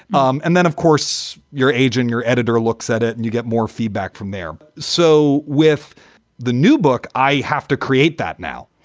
um and then, of course, your agent, your editor looks at it and you get more feedback from there. so with the new book, i have to create that now.